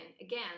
again